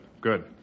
good